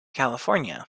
california